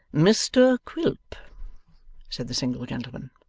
mr quilp said the single gentleman.